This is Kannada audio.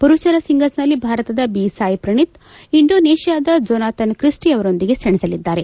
ಪುರುಷರ ಸಿಂಗಲ್ಸ್ನಲ್ಲಿ ಭಾರತದ ಬಿ ಸಾಯಿ ಪ್ರಣೀತ್ ಇಂಡೋನೇಷ್ಠಾದ ಜೊನಾತನ್ ಕ್ರಿಸ್ಟಿ ಅವರೊಂದಿಗೆ ಸೆಣಸಲಿದ್ದಾರೆ